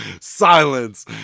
silence